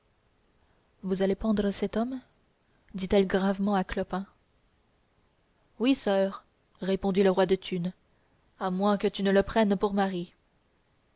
vous allez pendre cet homme dit-elle gravement à clopin oui soeur répondit le roi de thunes à moins que tu ne le prennes pour mari